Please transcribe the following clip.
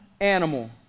animal